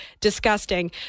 disgusting